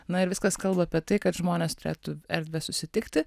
na ir viskas kalba apie tai kad žmonės turėtų erdvę susitikti